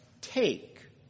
take